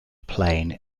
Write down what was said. plain